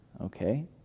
okay